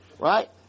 right